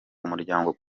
umuryango